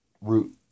root